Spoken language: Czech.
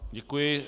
Děkuji.